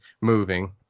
moving